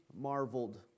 marveled